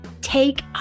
take